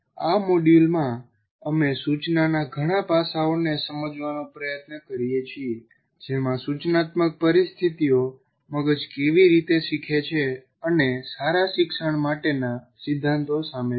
આ મોડ્યુલમાં અમે સૂચનાના ઘણા પાસાઓને સમજવાનો પ્રયત્ન કરીએ છીએ જેમાં સૂચનાત્મક પરિસ્થિતિઓ મગજ કેવી રીતે શીખે છે અને સારા શિક્ષણ માટેના સિદ્ધાંતો શામેલ છે